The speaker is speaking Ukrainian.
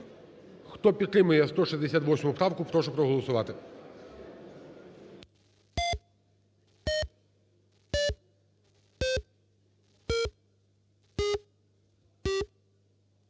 Хто підтримує 168 правку, прошу проголосувати.